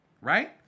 Right